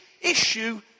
issue